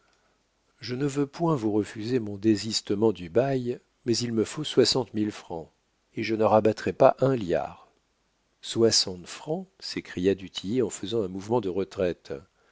je ne veux point vous refuser mon désistement du bail mais il me faut soixante mille francs et je ne rabattrai pas un liard soixante mille francs s'écria du tillet en faisant un mouvement de retraite